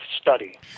study